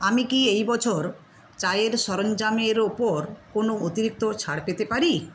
আমি কি এই বছর চায়ের সরঞ্জামের ওপর কোনও অতিরিক্ত ছাড় পেতে পারি